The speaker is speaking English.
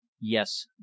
Yes